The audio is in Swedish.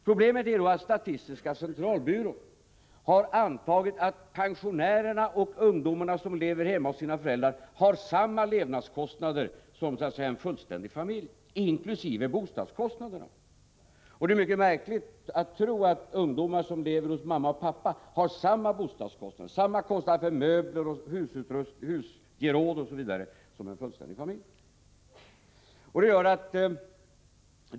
Problemet är då att statistiska centralbyrån har antagit att pensionärer och ungdomar som lever hos sina föräldrar har samma levnadskostnader som en fullständig familj inkl. bostadskostnaderna. Det är mycket märkligt att tro att ungdomar som lever hos mamma och pappa har samma bostadskostnader, samma kostnader för möbler, husgeråd osv. som en fullständig familj.